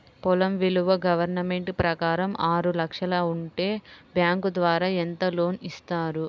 పొలం విలువ గవర్నమెంట్ ప్రకారం ఆరు లక్షలు ఉంటే బ్యాంకు ద్వారా ఎంత లోన్ ఇస్తారు?